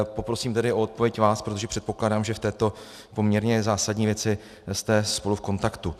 Poprosím tedy o odpověď vás, protože předpokládám, že v této poměrně zásadní věci jste spolu v kontaktu.